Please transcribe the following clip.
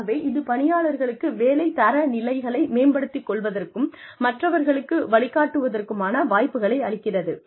ஆகவே இது பணியாளர்களுக்கு வேலை தரநிலைகளை மேம்படுத்திக் கொள்வதற்கும் மற்றவர்களுக்கு வழிகாட்டுவதற்குமான வாய்ப்புகளை அளிக்கிறது